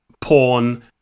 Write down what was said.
porn